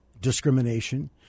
discrimination